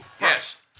Yes